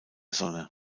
sonne